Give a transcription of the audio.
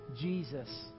Jesus